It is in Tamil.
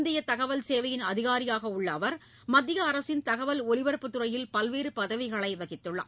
இந்திய தகவல் சேவையின் அதிகாரியாக உள்ள அவா் மத்திய அரசின் தகவல் ஒலிபரப்புத் துறையில் பல்வேறு பதவிகளை வகித்துள்ளார்